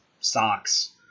socks